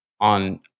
on